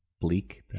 Bleak